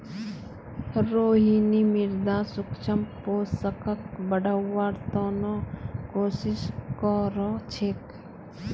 रोहिणी मृदात सूक्ष्म पोषकक बढ़व्वार त न कोशिश क र छेक